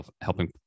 helping